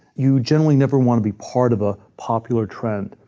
you, generally, never want to be part of a popular trend.